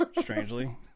Strangely